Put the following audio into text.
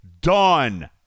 Done